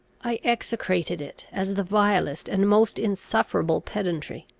i execrated it, as the vilest and most insufferable pedantry.